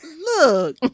Look